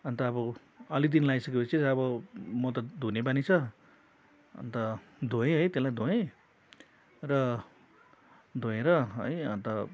अन्त अब अलिक दिन लगाइ सकेपछि अब म त धुने बानी छ अन्त धोएँ है त्यसलाई धोएँ र धोएर है अन्त